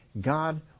God